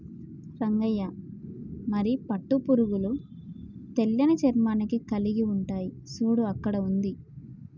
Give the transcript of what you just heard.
రంగయ్య మరి పట్టు పురుగులు తెల్లని చర్మాన్ని కలిలిగి ఉంటాయి సూడు అక్కడ ఉంది